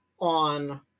on